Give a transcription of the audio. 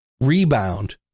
rebound